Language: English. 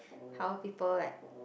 how people like